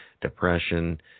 depression